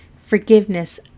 Forgiveness